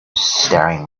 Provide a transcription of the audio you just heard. staring